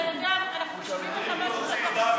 אנחנו משיבים לך משהו שאתה רוצה.